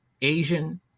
Asian